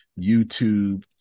YouTube